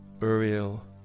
Uriel